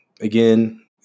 again